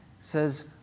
says